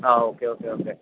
ആ okay okay okay